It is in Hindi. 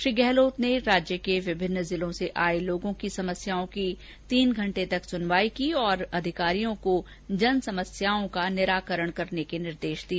श्री गहलोत ने राज्य के विभिन्न जिलों से आए लोगों की समस्याओं की तीन घंटे तक सुनवाई की और अधिकारियों को जनसमस्याओं का निराकरण करने के निर्देश दिए